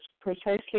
precisely